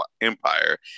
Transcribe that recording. Empire